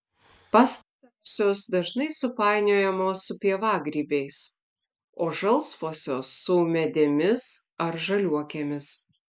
pastarosios dažnai supainiojamos su pievagrybiais o žalsvosios su ūmėdėmis ar žaliuokėmis